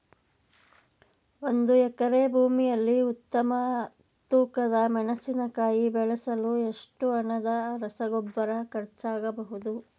ಒಂದು ಎಕರೆ ಭೂಮಿಯಲ್ಲಿ ಉತ್ತಮ ತೂಕದ ಮೆಣಸಿನಕಾಯಿ ಬೆಳೆಸಲು ಎಷ್ಟು ಹಣದ ರಸಗೊಬ್ಬರ ಖರ್ಚಾಗಬಹುದು?